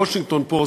"וושינגטון פוסט",